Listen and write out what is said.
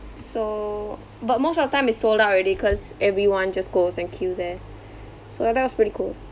so but most of the time it's sold out already cause everyone just goes and queue there so that was pretty cool